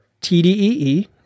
TDEE